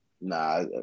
Nah